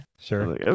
sure